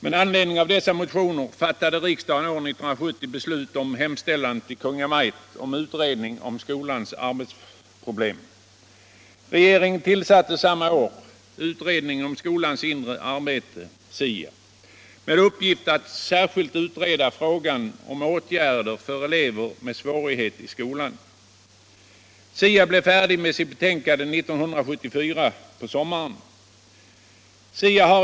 Med anledning av sådana motioner beslöt riksdagen år 1970 hemställa till Kungl. Maj:t om utredning av skolans arbetsproblem. Regeringen tillsatte samma år utredningen om skolan inre arbete, SIA, med uppgift att särskilt utreda frågan om åtgärder för elever med svårigheter i skolan. SIA blev färdig med sitt betänkande på sommaren 1974.